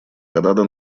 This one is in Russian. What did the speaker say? канада